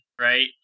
right